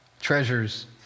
Treasures